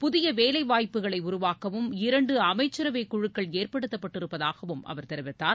புதிய வேலைவாய்ப்புகளை உருவாக்கவும் இரண்டு அமைச்சரவைக் குழுக்கள் ஏற்படுத்தப்பட்டிருப்பதாகவும் அவர் தெரிவித்தார்